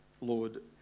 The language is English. Lord